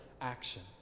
action